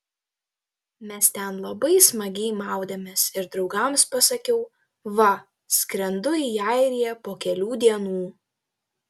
mes ten labai smagiai maudėmės ir draugams pasakiau va skrendu į airiją po kelių dienų